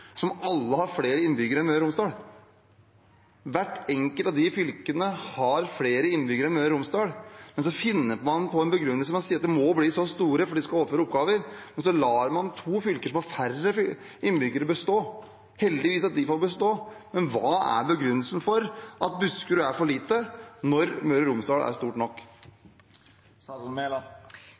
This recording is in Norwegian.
som alle har flere innbyggere enn Møre og Romsdal – hvert enkelt av de fylkene har flere innbyggere enn Møre og Romsdal? Så finner man på en begrunnelse hvor man sier at de må bli så store, for de skal overføre oppgaver, men så lar man to fylker som har færre innbyggere, bestå. Heldigvis får de bestå, men hva er begrunnelsen for at Buskerud er for lite når Møre og Romsdal er stort nok?